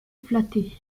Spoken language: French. flatté